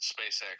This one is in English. SpaceX